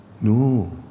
No